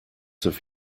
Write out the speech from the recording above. have